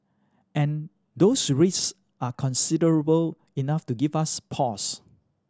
and those risk are considerable enough to give us pause